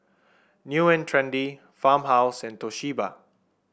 New And Trendy Farmhouse and Toshiba